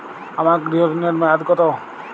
আমার গৃহ ঋণের মেয়াদ কত?